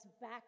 back